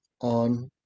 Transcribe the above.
on